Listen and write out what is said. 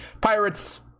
pirates